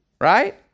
Right